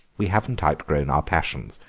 we haven't outgrown our passions,